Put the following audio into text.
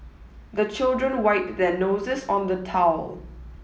the children wipe their noses on the towel